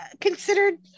considered